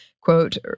quote